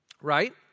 right